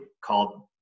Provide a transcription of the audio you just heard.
called